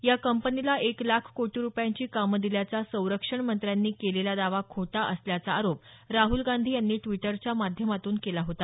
या कंपनीला एक लाख कोटी रुपयांची कामं दिल्याचा संरक्षण मंत्र्यांनी केलेला दावा खोटा असल्याचा आरोप राहुल गांधी यांनी ट्टीटरच्या माध्यमातून केला होता